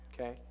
okay